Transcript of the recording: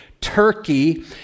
Turkey